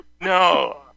No